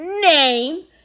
name